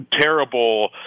terrible